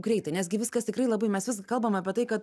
greitai nes gi viskas tikrai labai mes vis kalbam apie tai kad